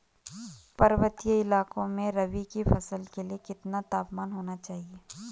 पर्वतीय इलाकों में रबी की फसल के लिए कितना तापमान होना चाहिए?